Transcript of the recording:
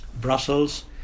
Brussels